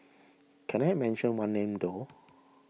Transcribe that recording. can I mention one name though